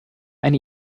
eine